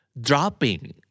dropping